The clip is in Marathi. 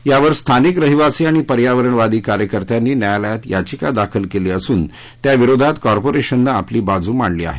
यावर स्थानिक रहिवासी आणि पर्यावरणवादी कार्यकर्त्यांनी न्यायालयात याचिका दाखल केली असून त्या विरोधात कॉर्पोरेशननं आपली बाजू मांडली आहे